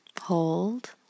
Hold